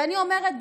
ואני אומרת,